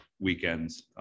weekends